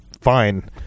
fine